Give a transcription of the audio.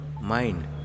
mind